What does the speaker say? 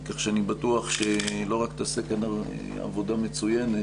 כך שאני בטוח שלא רק תעשה כאן עבודה מצוינת,